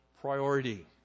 priority